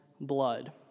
blood